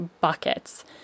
buckets